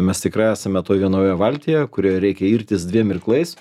mes tikrai esame toj vienoje valtyje kurioje reikia irtis dviem irklais